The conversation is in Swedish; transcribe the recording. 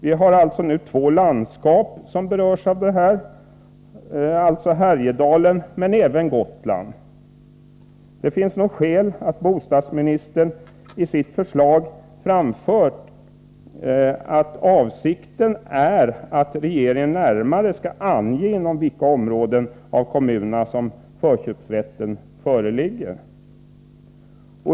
Det är alltså två landskap som berörs av det här förslaget, Härjedalen och Gotland. Det finns nog skäl till att bostadsministern i sitt förslag framfört att avsikten är att regeringen närmare skall ange inom vilka områden av kommunerna som förköpsrätt föreligger.